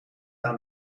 aan